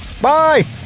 bye